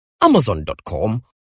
Amazon.com